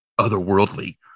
otherworldly